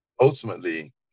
ultimately